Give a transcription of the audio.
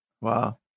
wow